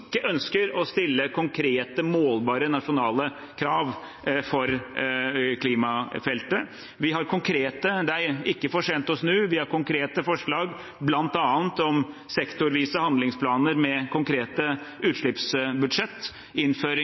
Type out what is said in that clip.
ikke ønsker å stille konkrete, målbare nasjonale krav på klimafeltet. Men det er ikke for sent å snu. Vi har konkrete forslag, bl.a. om sektorvise handlingsplaner med konkrete utslippsbudsjett, innføring